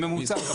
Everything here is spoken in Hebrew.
בממוצע.